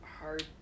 hard